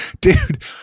Dude